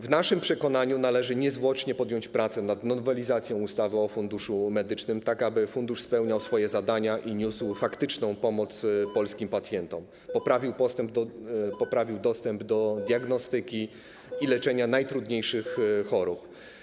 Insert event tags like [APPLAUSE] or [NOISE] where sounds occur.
W naszym przekonaniu należy niezwłocznie podjąć pracę nad nowelizacją ustawy o Funduszu Medycznym, tak aby fundusz spełniał [NOISE] swoje zadania, niósł faktyczną pomoc polskim pacjentom i poprawił dostęp do diagnostyki i leczenia najtrudniejszych chorób.